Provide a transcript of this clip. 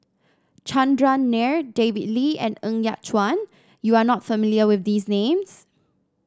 Chandran Nair David Lee and Ng Yat Chuan you are not familiar with these names